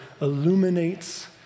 illuminates